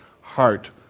heart